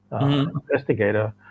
investigator